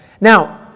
Now